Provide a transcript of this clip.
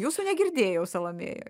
jūsų negirdėjau salomėjoj